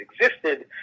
existed